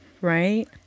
Right